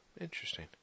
Interesting